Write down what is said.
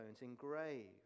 engraved